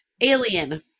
Alien